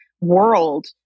world